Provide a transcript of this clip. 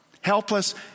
helpless